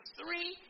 three